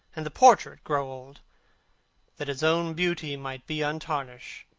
and the portrait grow old that his own beauty might be untarnished,